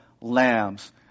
lambs